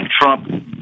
trump